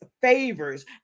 favors